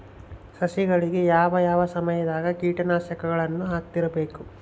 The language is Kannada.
ಸಸಿಗಳಿಗೆ ಯಾವ ಯಾವ ಸಮಯದಾಗ ಕೇಟನಾಶಕಗಳನ್ನು ಹಾಕ್ತಿರಬೇಕು?